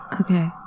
Okay